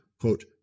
quote